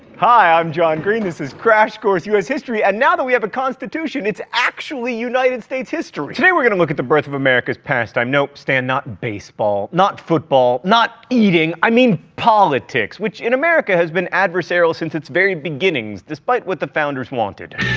hi, i'm john green, and this is crash course u s. history, and now that we have a constitution, it's actually united states history. today we're going to look at the birth of america's pastime. no, stan, not baseball. not football. not eating. i mean politics, which in america has been adversarial since its very beginnings, despite what the founders wanted.